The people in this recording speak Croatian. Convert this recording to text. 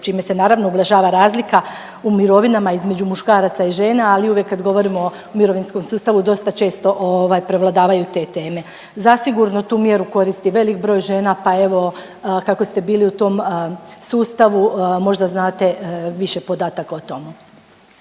čime se naravno ublažava razlika u mirovinama između muškaraca i žena. Ali uvijek kad govorimo o mirovinskom sustavu dosta često prevladavaju te teme. Zasigurno tu mjeru koristi velik broj žena, pa evo kako ste bili u tom sustavu možda znate više podataka o tomu.